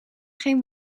geen